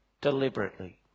deliberately